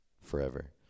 forever